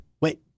Wait